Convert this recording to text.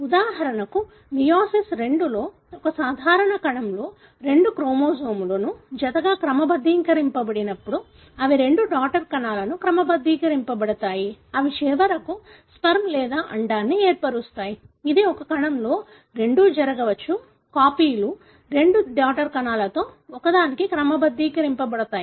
ఉదాహరణకు meiosis II లో ఒక సాధారణ కణంలో రెండు క్రోమోజోములు జతగా క్రమబద్ధీకరించబడినప్పుడు అవి రెండు డాటర్ కణాలకు క్రమబద్ధీకరించబడతాయి ఇవి చివరికి స్పెర్మ్ లేదా అండాన్ని ఏర్పరుస్తాయి ఇది ఒక కణంలో రెండూ జరగవచ్చు కాపీలు రెండు డాటర్ కణాలలో ఒకదానికి క్రమబద్ధీకరించబడతాయి